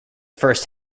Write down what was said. first